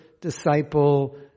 disciple